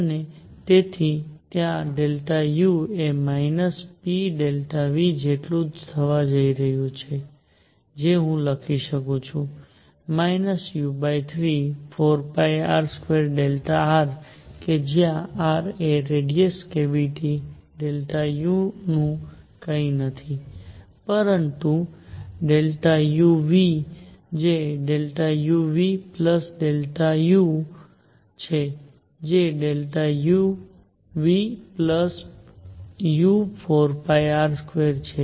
અને તેથી ત્યાં U એ pV જેટલું જ થવા જઈ રહ્યું છે જે હું લખી શકું છું u34πr2r કે જ્યાં r એ રેડીયસ કેવીટી U નું કંઈ નથી પરંતુ uV જે u Vu છે જે u Vu4πr2 છે